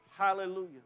Hallelujah